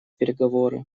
переговоры